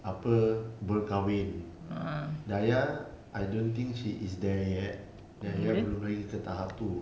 apa berkahwin hidayah I don't think she is there yet dayah belum lagi ke tahap itu